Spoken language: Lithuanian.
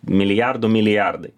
milijardų milijardai